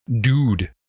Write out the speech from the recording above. dude